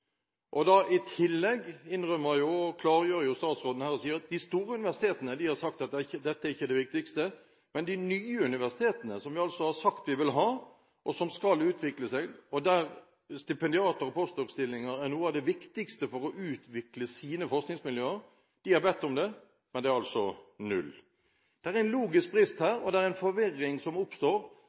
her at de store universitetene har sagt at dette ikke er det viktigste, men at de nye universitetene – som vi altså har sagt at vi vil ha, og som skal utvikle seg, der stipendiater og postdokstillinger er noe av det viktigste for å utvikle deres forskningsmiljøer – har bedt om det, men de får altså null. Det er en logisk brist her, og det er en forvirring som gang på gang oppstår